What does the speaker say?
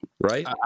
right